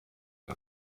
der